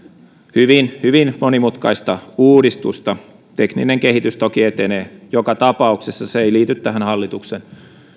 hyvin hyvin monimutkaista uudistusta tekninen kehitys toki etenee joka tapauksessa se ei liity tähän hallituksen